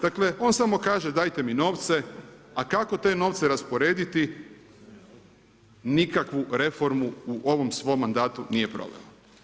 Dakle, on samo kaže, dajte mi novce, a kako te novce rasporediti, nikakvu reformu u ovom svom mandatu nije proveo.